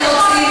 הפנים.